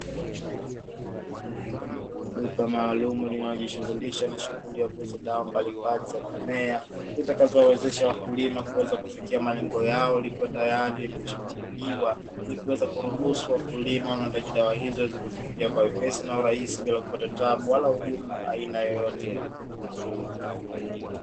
Duka maalumu linalojishughulisha na shughuli ya kuuza dawa mbalimbali za mimea, zitakazo wawezesha wakulima kuweza kufikia malengo yao, likiwa tayari limekwisha funguliwa likiweza kuruhusu wakulima wanaohitaji dawa hizo waweze kuzifikia kwa uwepesi na urahisi bila kupata tabu wala ugumu wa aina yoyote.